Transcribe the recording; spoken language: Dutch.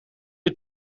het